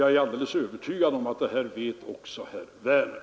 Jag är alldeles övertygad om att herr Werner också vet det.